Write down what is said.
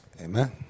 Amen